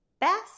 best